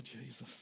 Jesus